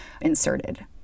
inserted